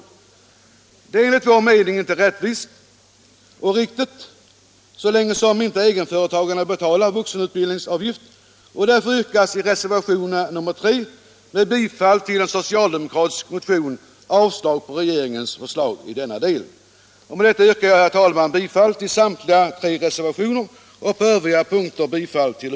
Detta är enligt vår mening inte rättvist och riktigt så länge som inte egenföretagarna betalar vuxenutbildningsavgift, och därför yrkas i reservationen 3, med bifall till en socialdemokratisk motion, avslag på regeringens förslag i denna del.